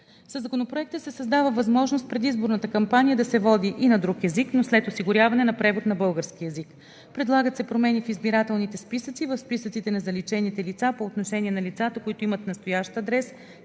Със Законопроекта се създава възможност предизборната кампания да се води и на друг език, но след осигуряване на превод на български език. Предлагат се промени в избирателните списъци и в списъците на заличените лица по отношение на лицата, които имат настоящ адрес